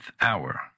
hour